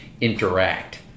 interact